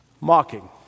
Mocking